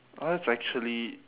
oh that's actually